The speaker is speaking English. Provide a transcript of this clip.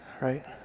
Right